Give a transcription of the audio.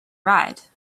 ride